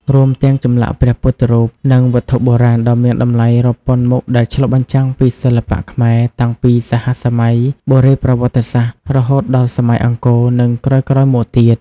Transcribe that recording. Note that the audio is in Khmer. រួមទាំងចម្លាក់ព្រះពុទ្ធរូប និងវត្ថុបុរាណដ៏មានតម្លៃរាប់ពាន់មុខដែលឆ្លុះបញ្ចាំងពីសិល្បៈខ្មែរតាំងពីសហសម័យបុរេប្រវត្តិសាស្ត្ររហូតដល់សម័យអង្គរ និងក្រោយៗមកទៀត។